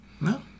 no